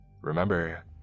Remember